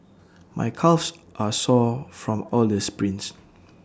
my calves are sore from all the sprints